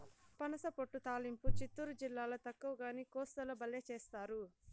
పనసపొట్టు తాలింపు చిత్తూరు జిల్లాల తక్కువగానీ, కోస్తాల బల్లే చేస్తారు